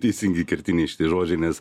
teisingi kertiniai šitie žodžiai nes